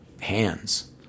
hands